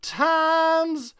times